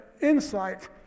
insight